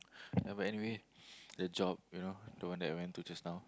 yeah but anyway the job you know the one that I went to just now